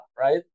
right